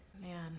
Man